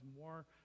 more